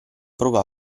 prova